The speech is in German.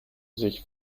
sich